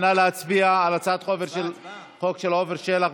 נא להצביע על הצעת החוק של עפר שלח.